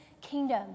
kingdom